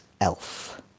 elf